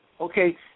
okay